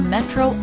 Metro